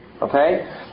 Okay